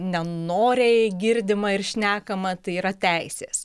nenoriai girdima ir šnekama tai yra teisės